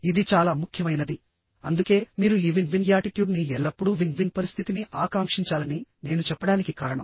ఇది చాలా ముఖ్యమైనది అందుకే మీరు ఈ విన్ విన్ యాటిట్యూడ్ ని ఎల్లప్పుడూ విన్ విన్ పరిస్థితిని ఆకాంక్షించాలని నేను చెప్పడానికి కారణం